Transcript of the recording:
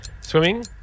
Swimming